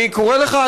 אני קורא לך,